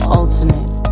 alternate